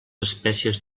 espècies